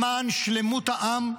למען שלמות העם,